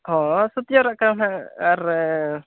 ᱦᱮᱸ ᱥᱟᱹᱛ ᱡᱟᱣᱨᱟᱜ ᱠᱟᱱᱟ ᱱᱟᱦᱟᱜ ᱟᱨ